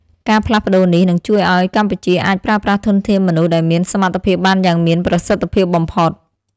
ការផ្លាស់ប្ដូរនេះ នឹងជួយឱ្យកម្ពុជាអាចប្រើប្រាស់ធនធានមនុស្សដែលមានសមត្ថភាពបានយ៉ាងមានប្រសិទ្ធភាពបំផុត។